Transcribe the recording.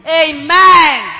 amen